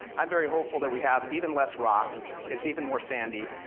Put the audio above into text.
i'm very hopeful that we have even less rocks, it's even more sandy,